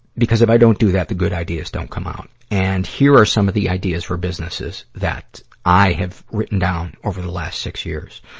because if i don't do that, the good ideas don't come out. and here are some of the ideas for businesses that i have written down over the last six years.